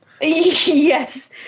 Yes